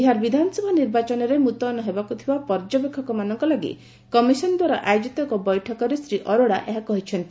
ବିହାର ବିଧାନସଭା ନିର୍ବାଚନରେ ମୁତୟନ ହେବାକୁ ଥିବା ପର୍ଯ୍ୟବେକ୍ଷକମାନଙ୍କ ଲାଗି କମିଶନ୍ ଦ୍ୱାରା ଆୟୋଜିତ ଏକ ବୈଠକରେ ଶ୍ରୀ ଅରୋଡା ଏହା କହିଛନ୍ତି